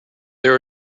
there